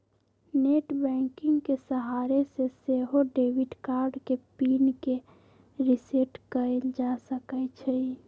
net banking के सहारे से सेहो डेबिट कार्ड के पिन के रिसेट कएल जा सकै छइ